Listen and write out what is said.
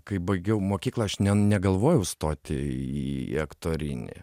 kai baigiau mokyklą aš nen negalvojau stoti į aktorinį